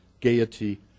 gaiety